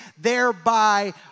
thereby